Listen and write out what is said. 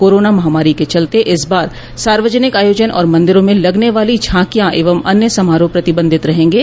corona महामारी के चलते इस बार सार्वजनिक आयोजन और मंदिरों में लगने वाली झांकियां एवं अन्य समारोह प्रतिबंधित रहेंगे